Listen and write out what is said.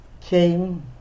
came